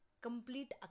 complete